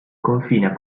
confina